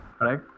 right